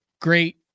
great